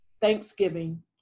Thanksgiving